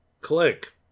Click